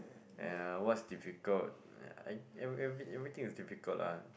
and uh what's difficult uh I every every everything is difficult lah